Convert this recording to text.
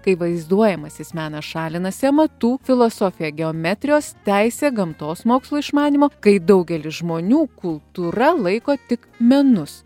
kai vaizduojamasis menas šalinasi amatų filosofija geometrijos teisė gamtos mokslo išmanymo kai daugelis žmonių kultūra laiko tik menus